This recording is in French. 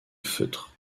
feutre